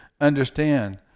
understand